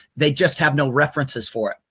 they just have no references for it.